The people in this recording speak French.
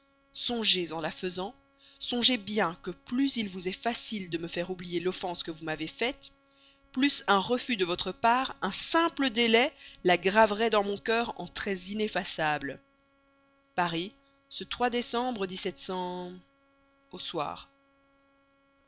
songez en la faisant songez bien que plus il vous est facile encore de me faire oublier l'offense que vous m'avez faite plus un refus de votre part un simple délai la graverait dans mon cœur en traits ineffaçables paris ce décembre au